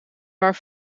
waar